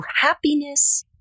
happiness